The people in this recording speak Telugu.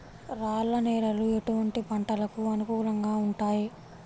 రాళ్ల నేలలు ఎటువంటి పంటలకు అనుకూలంగా ఉంటాయి?